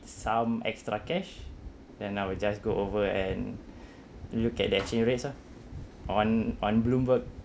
some extra cash then I will just go over and look at the exchange rates ah on on bloomberg